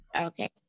Okay